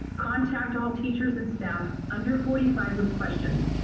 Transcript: contact all teachers and staff under forty five with questions.